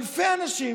אלפי אנשים